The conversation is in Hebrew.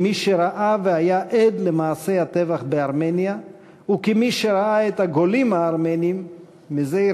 כמי שראה והיה עד למעשי הטבח בארמניה וכמי שראה את הגולים הארמנים מזי